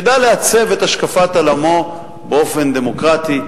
שידע לעצב את השקפת עולמו באופן דמוקרטי.